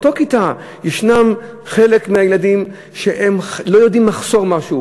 באותה כיתה חלק מהילדים לא יודעים מחסור מהו,